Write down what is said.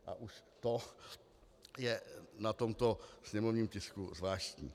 A už to je na tomto sněmovním tisku zvláštní.